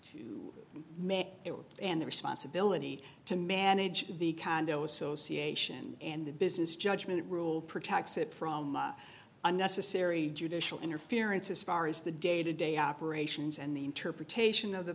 work and the responsibility to manage the condo association and the business judgment rule protects it from unnecessary judicial interference as far as the day to day operations and the interpretation of the